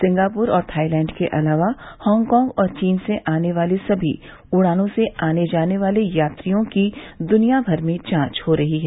Singapore और Thailand के अलावा हांगकांग और चीन से आने वाली सभी उड़ानों से आने जाने वाले यात्रियों की दुनिया भर में जांच हो रही है